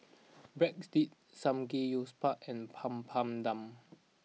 Breadsticks Samgeyopsal and Papadum